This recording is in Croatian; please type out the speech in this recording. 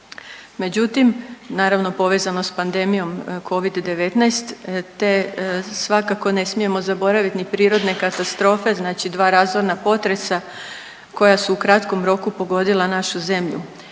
Međutim, naravno povezano sa pandemijom covid-19, te svakako ne smijemo zaboraviti ni prirodne katastrofe, znači dva razorna potresa koja su u kratkom roku pogodila našu zemlju.